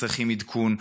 צריכים עדכון,